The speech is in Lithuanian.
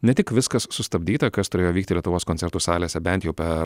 ne tik viskas sustabdyta kas turėjo vykti lietuvos koncertų salėse bent jau per